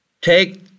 take